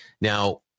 Now